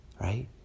right